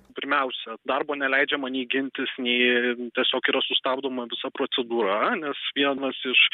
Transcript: pirmiausia darbo neleidžiama nei lygintis nei tiesiog yra sustabdoma visa procedūra nes vienas iš